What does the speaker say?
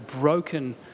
broken